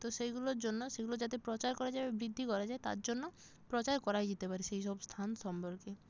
তো সেইগুলোর জন্য সেগুলো যাতে প্রচার করা যায় বা বৃদ্ধি করা যায় তার জন্য প্রচার করাই যেতে পারে সেই সব স্থান সম্পর্কে